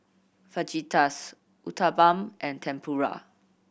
Fajitas Uthapam and Tempura